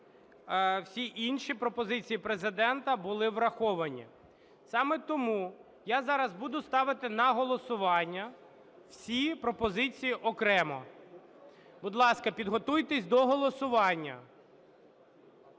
Всі інші пропозиції Президента були враховані. Саме тому я зараз буду ставити на голосування всі пропозиції окремо. Будь ласка, підготуйтесь до голосування.